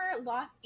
Los